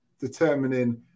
determining